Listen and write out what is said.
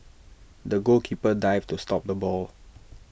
the goalkeeper dived to stop the ball